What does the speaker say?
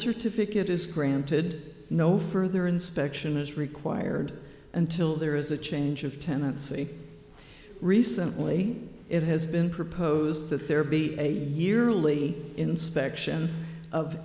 certificate is granted no further inspection is required until there is a change of tenancy recently it has been proposed that there be a yearly inspection of